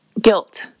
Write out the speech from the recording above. Guilt